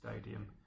stadium